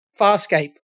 farscape